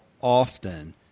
often